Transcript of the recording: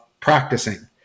practicing